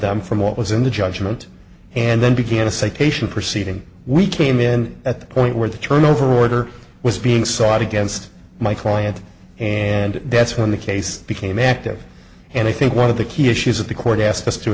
them from what was in the judgment and then began a citation proceeding we came in at the point where the turnover order was being sought against my client and that's when the case became active and i think one of the key issues that the court asked us to